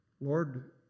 Lord